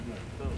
מרצ.